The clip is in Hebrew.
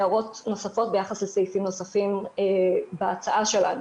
הערות נוספות ביחס לסעיפים נוספים בהצעה שלנו.